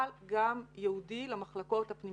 אבל גם ייעודי למחלקות הפנימיות.